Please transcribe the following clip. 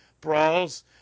brawls